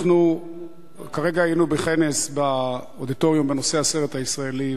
אנחנו היינו כרגע בכנס באודיטוריום בנושא "הסרט הישראלי",